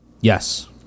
Yes